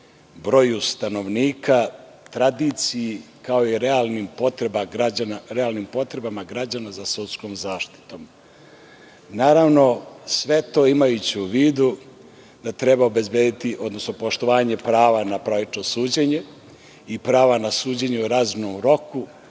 broju stanovnika, tradiciji kao i realnim potrebama građana za sudskom zaštitom. Naravno, sve to imajući u vidu da treba obezbediti, odnosno, poštovanje prava na pravično suđenje i prava na suđenje u razumnom roku,